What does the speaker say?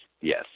yes